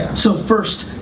so first,